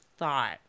Thought